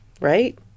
Right